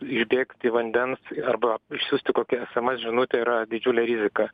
išbėgti vandens arba išsiųsti kokią sms žinutę yra didžiulė rizika